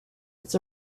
its